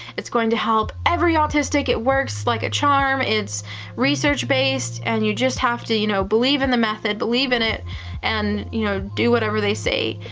it's going to help every autistic, it works like a charm, it's research-based, and you just have to, you know, believe in the method, believe in it and, you know, do whatever they say.